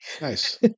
Nice